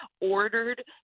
ordered